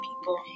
people